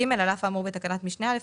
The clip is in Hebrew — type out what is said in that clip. (ג) על אף האמור בתקנת משנה (א),